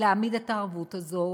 להעמיד את הערבות הזו,